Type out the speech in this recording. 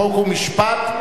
חוק ומשפט,